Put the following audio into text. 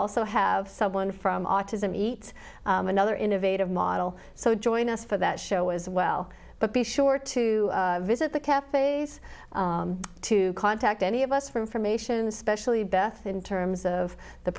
also have someone from autism eat another innovative model so join us for that show as well but be sure to visit the cafes to contact any yes for information especially beth in terms of the